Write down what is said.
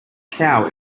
cow